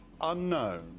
unknown